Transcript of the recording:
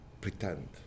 pretend